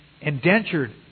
indentured